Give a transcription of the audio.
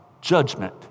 judgment